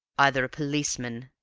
either a policeman,